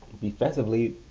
defensively